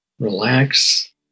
relax